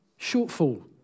shortfall